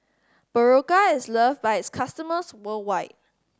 Berocca is loved by its customers worldwide